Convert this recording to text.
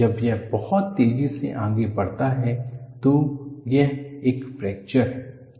जब यह बहुत तेजी से आगे बढ़ता है तो यह एक फ्रैक्चर है